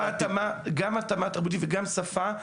גם התאמה תרבותית וגם שפה,